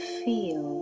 feel